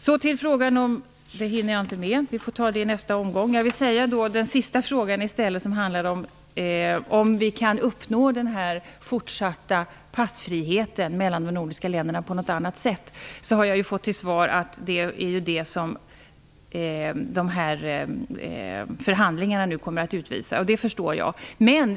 Jag hinner nu inte ta upp alla frågor utan får återkomma i nästa inlägg. Jag vill dock något beröra min sista fråga. Den gäller huruvida vi kan uppnå en fortsatt passfrihet mellan den nordiska länderna på något annat sätt eller inte. Jag har fått svar att förhandlingarna kommer att utvisa det. Det förstår jag.